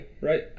Right